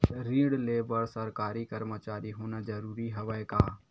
ऋण ले बर सरकारी कर्मचारी होना जरूरी हवय का?